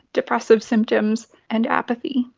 depressive symptoms and apathy.